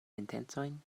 intencojn